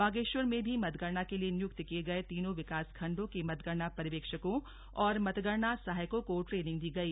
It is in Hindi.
बागेश्वर में भी मतगणना के लिए नियुक्त किये गये तीनों विकासखंडों के मतगणना पर्यवेक्षकों और मतगणना सहायकों को ट्रेनिंग दी गई